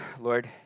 Lord